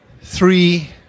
three